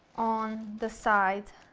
on the sides,